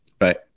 right